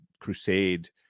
crusade